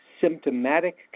symptomatic